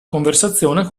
conversazione